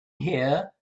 here